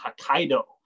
Hokkaido